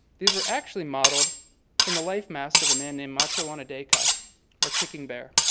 these were actually modeled from the life mask of a man named matho wanahtake ah or kicking bear.